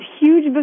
huge